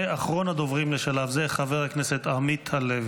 אחרון הדוברים לשלב זה, חבר הכנסת עמית הלוי.